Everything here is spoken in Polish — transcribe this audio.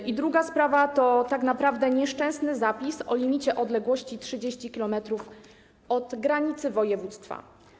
I druga sprawa to tak naprawdę nieszczęsny zapis o limicie odległości 30 km od granicy województwa.